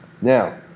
now